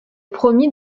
promit